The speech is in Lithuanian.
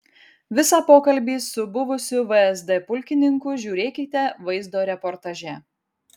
visą pokalbį su buvusiu vsd pulkininku žiūrėkite vaizdo reportaže